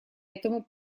этому